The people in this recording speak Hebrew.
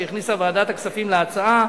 שהכניסה ועדת הכספים להצעה,